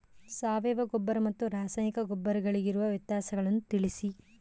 ಸಾವಯವ ಗೊಬ್ಬರ ಮತ್ತು ರಾಸಾಯನಿಕ ಗೊಬ್ಬರಗಳಿಗಿರುವ ವ್ಯತ್ಯಾಸಗಳನ್ನು ತಿಳಿಸಿ?